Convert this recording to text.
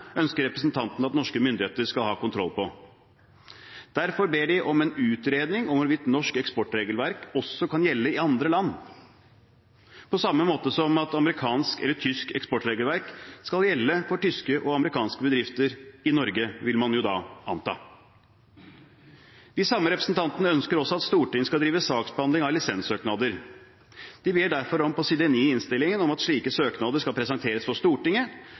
ønsker representantene at norske myndigheter skal ha kontroll på. Derfor ber de om en utredning om hvorvidt norsk eksportregelverk også kan gjelde i andre land, på samme måte som at amerikansk eller tysk eksportregelverk skal gjelde for tyske og amerikanske bedrifter i Norge – vil man da anta. De samme representantene ønsker også at Stortinget skal drive saksbehandling av lisenssøknader. De ber derfor på side 9 i innstillingen om at slike søknader skal presenteres for Stortinget,